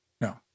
no